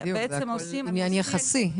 בדיוק, זה הכול זה עניין יחסי.